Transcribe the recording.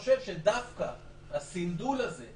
ואני חושב שדווקא הסנדול הזה,